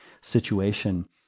situation